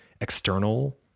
external